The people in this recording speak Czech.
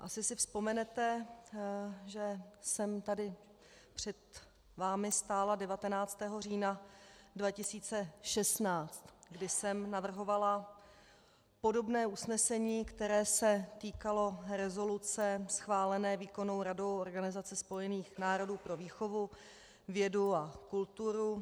Asi si vzpomenete, že jsem tady před vámi stála 19. října 2016, kdy jsem navrhovala podobné usnesení, které se týkalo rezoluce schválené výkonnou radou Organizace spojených národů pro výchovu, vědu a kulturu.